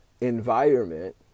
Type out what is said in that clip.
environment